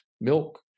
milk